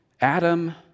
Adam